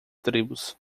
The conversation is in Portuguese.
tribos